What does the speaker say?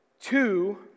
two